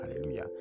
hallelujah